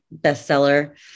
bestseller